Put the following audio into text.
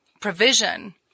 provision